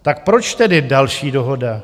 Tak proč tedy další dohoda?